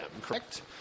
Correct